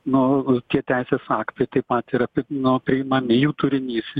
nu tie teisės aktai taip pat ir apie nu apeimami jų turinys